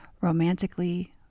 romantically